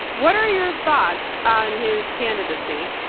what are your thoughts on his candidacy?